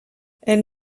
elles